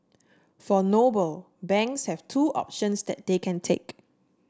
for Noble banks have two options that they can take